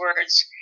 words